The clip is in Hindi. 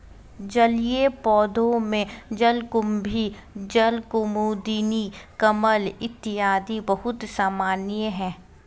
जलीय पौधों में जलकुम्भी, जलकुमुदिनी, कमल इत्यादि बहुत सामान्य है